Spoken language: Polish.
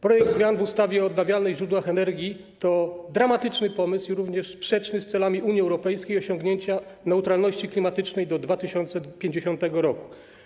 Projekt zmian w ustawie o odnawialnych źródłach energii to dramatyczny pomysł, sprzeczny z celami Unii Europejskiej - osiągnięcia neutralności klimatycznej do 2050 r.